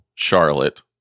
Charlotte